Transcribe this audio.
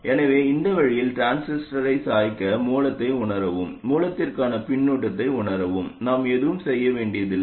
எனவே இந்த வழியில் டிரான்சிஸ்டரைச் சாய்க்க மூலத்தை உணரவும் மூலத்திற்கான பின்னூட்டத்தை உணரவும் நாம் எதுவும் செய்ய வேண்டியதில்லை